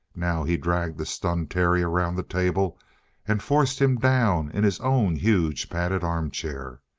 now he dragged the stunned terry around the table and forced him down in his own huge, padded armchair,